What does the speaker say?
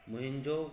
मुंहिंजो